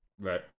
Right